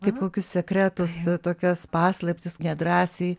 kaip kokius sekretus tokias paslaptis nedrąsiai